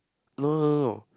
no no no no